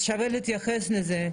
שווה להתייחס לזה.